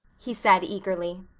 he said eagerly,